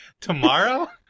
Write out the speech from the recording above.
Tomorrow